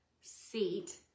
seat